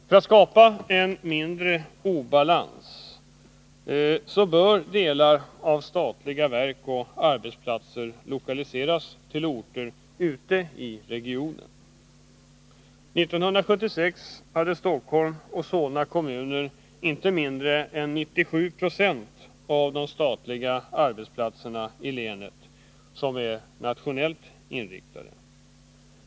För att skapa en mindre obalans bör delar av statliga verk och arbetsplatser lokaliseras till orter ute i regionen. 1976 hade Stockholm och Solna kommuner inte mindre än 97 2 av de statliga arbetsplatser i länet som är nationellt inriktade.